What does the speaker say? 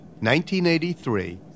1983